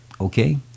okay